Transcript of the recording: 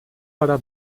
para